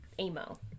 Emo